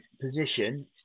position